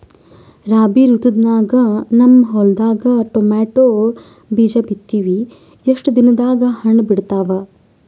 ರಾಬಿ ಋತುನಾಗ ನನ್ನ ಹೊಲದಾಗ ಟೊಮೇಟೊ ಬೀಜ ಬಿತ್ತಿವಿ, ಎಷ್ಟು ದಿನದಾಗ ಹಣ್ಣ ಬಿಡ್ತಾವ?